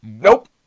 Nope